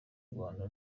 burundi